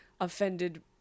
offended